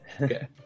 Okay